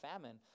famine